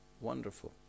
Wonderful